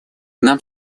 нам